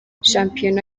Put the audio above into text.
shampiyona